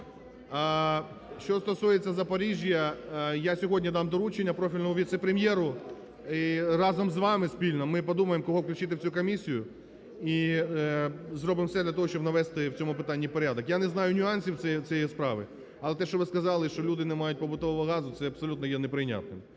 Що стосується Запоріжжя, я сьогодні дам доручення профільному віце-прем'єру. І разом з вами спільно ми подумаємо, кого включити в цю комісію, і зробимо все для того, щоб навести в цьому питанні порядок. Я не знаю нюансів цієї справи, але те, що ви сказали, що люди не мають побутового газу, це абсолютно є неприйнятним.